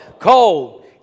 cold